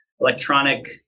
electronic